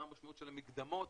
מה המשמעות של המקדמות,